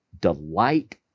Delight